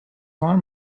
var